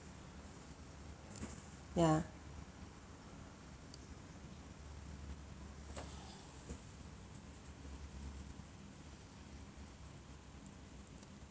ya